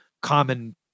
common